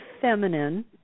feminine